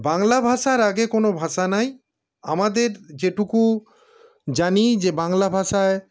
বাংলা ভাষার আগে কোনো ভাষা নাই আমাদের যেটুকু জানি যে বাংলা ভাষায়